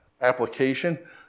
application